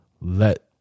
let